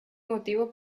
motivo